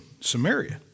Samaria